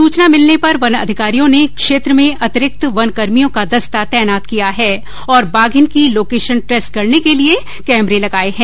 सुचना मिलने पर वन अधिकारियों ने क्षेत्र में अतिरिक्त वन कर्मियों का दस्ता तैनात किया है और बोंघिन की लोकेशन ट्रेस करने के लिये कैमरे लगाये है